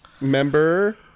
member